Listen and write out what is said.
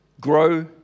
Grow